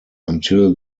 until